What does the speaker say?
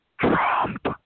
Trump